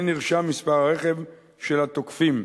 כן נרשם מספר הרכב של התוקפים.